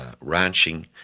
ranching